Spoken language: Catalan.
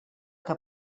que